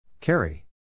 Carry